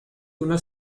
una